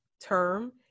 term